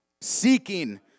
seeking